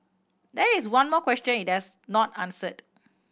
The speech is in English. that is one more question it has not answered